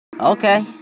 Okay